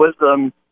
wisdom